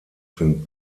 sind